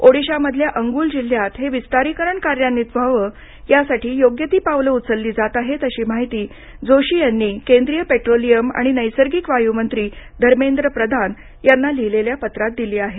ओडिशामधल्या अंगूल जिल्ह्यात हे विस्तारीकरण कार्यान्वित व्हावं यासाठी योग्य ती पावलं उचलली जात आहेत अशी माहिती जोशी यांनी केंद्रीय पेट्रोलियम आणि नैसर्गिक वायू मंत्री धर्मेंद्र प्रधान यांना लिहिलेल्या पत्रात दिली आहे